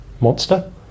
monster